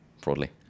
broadly